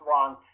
one